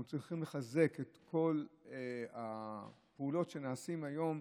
אנחנו צריכים לחזק את כל הפעולות שנעשות היום